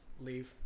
Leave